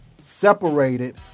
separated